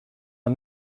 are